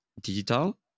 digital